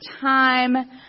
time